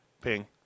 Ping